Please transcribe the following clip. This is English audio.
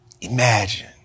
Imagine